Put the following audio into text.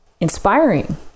inspiring